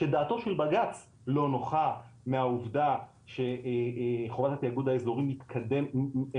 שדעתו של בג"ץ לא נוחה מהעובדה שחובת התאגוד האזורי נעשית